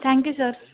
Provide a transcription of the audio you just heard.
thank you sir